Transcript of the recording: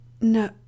No